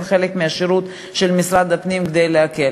חלק מהשירות של משרד הפנים כדי להקל.